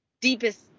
deepest